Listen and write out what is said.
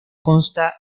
consta